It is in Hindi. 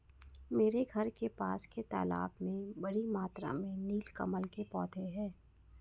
मेरे घर के पास के तालाब में बड़ी मात्रा में नील कमल के पौधें हैं